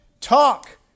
talk